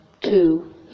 two